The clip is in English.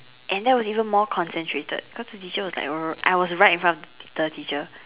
and that was even more concentrated because the teacher was like I was right in front of the teacher